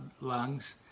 lungs